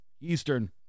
eastern